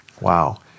Wow